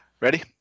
Ready